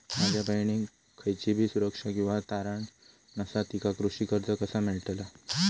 माझ्या बहिणीक खयचीबी सुरक्षा किंवा तारण नसा तिका कृषी कर्ज कसा मेळतल?